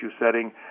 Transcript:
setting